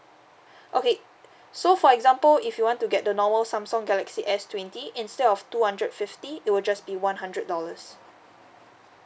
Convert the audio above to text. okay so for example if you want to get the normal samsung galaxy S twenty instead of two hundred fifty it will just be one hundred dollars